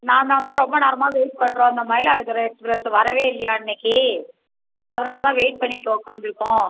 நான் தாம்மா ரொம்ப நேரமாக வெய்ட் பண்ணுறோம் இந்த மயிலாடுதுறை எக்ஸ்ப்ரெஸ் வரவே இல்லையாம் இன்றைக்கி அதனால் தான் வெய்ட் பண்ணிட்டு உக்காந்துருக்கோம்